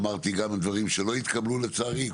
אמרתי גם דברים שלא התקבלו לצערי,